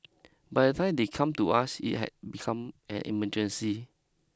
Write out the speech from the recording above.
by the time they come to us it had become an emergency